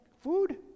food